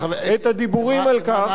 חבר הכנסת מופז לא נמצא פה,